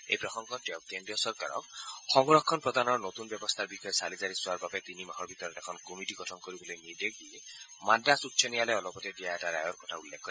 এই প্ৰসংগত তেওঁ কেন্দ্ৰীয় চৰকাৰক সংৰক্ষণ প্ৰদানৰ নতুন ব্যৱস্থাৰ বিষয়ে চালিজাৰি চোৱাৰ বাবে তিনিমাহৰ ভিতৰত এখন কমিটী গঠন কৰিবলৈ নিৰ্দেশ দি মাদ্ৰাছ উচ্চন্যায়ালয়ক অলপতে দিয়া এটা ৰায়ৰ কথা উল্লেখ কৰে